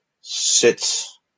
sits